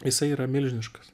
jisai yra milžiniškas